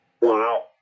Wow